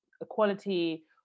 equality